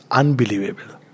unbelievable